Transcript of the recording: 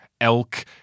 elk